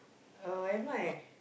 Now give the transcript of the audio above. or am I